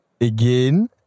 Again